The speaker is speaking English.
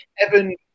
Evan